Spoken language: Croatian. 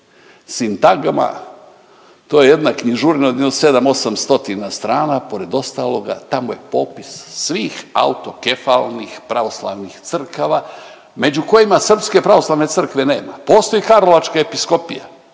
Sintagma to je jedna knjižurina od jedno sedam, osam stotina strana pored ostaloga tamo je popis svih autokefalnih pravoslavnih crkava među kojima srpske pravoslavne crkve nema. Postoji karlovačka episkopija